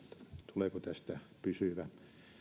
tuleeko tästä pysyvä